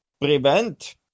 prevent